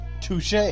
touche